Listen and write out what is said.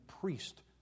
priest